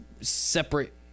separate